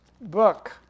book